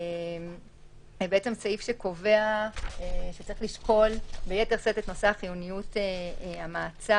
זה סעיף שקובע שצריך לשקול ביתר שאת את נושא חיוניות המעצר.